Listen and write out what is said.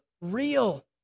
real